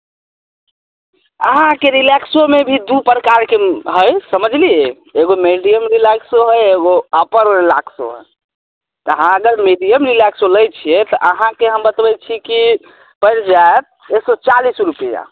बिहार जे छै से घूमऽ लए एलियै हन तऽ अभी कहाँ पर छी अभी समस्तीपुरमे छियै